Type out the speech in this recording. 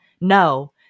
No